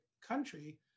country